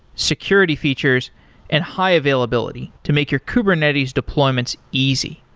security features and high availability to make your kubernetes deployments easy.